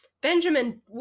Benjamin